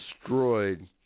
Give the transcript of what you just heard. destroyed